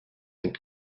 and